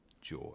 joy